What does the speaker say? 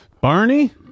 barney